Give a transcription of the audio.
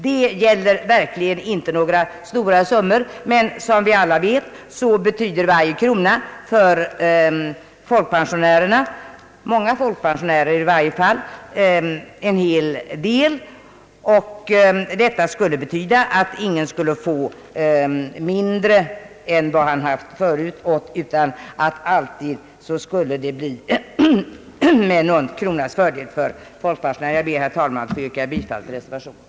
Det gäller verkligen inte några stora summor, men som vi alla vet betyder varje krona en hel del för många folkpensionärer. Vårt förslag innebär att ingen skulle få mindre än vad han har fått förut utan en del i stället någon krona mer. Jag ber, herr talman, att få yrka bifall till reservationen.